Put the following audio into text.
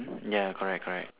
ya correct correct